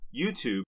YouTube